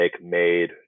made